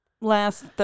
last